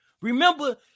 Remember